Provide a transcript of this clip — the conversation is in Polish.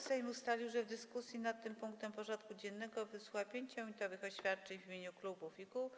Sejm ustalił, że w dyskusji nad tym punktem porządku dziennego wysłucha 5-minutowych oświadczeń w imieniu klubów i kół.